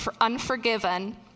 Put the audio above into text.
unforgiven